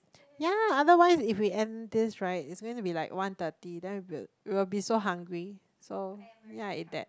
ya otherwise if we end this right it's gonna be like one thirty then will it will be so hungry so ya it that